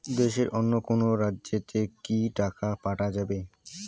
দেশের অন্য কোনো রাজ্য তে কি টাকা পাঠা যাবে?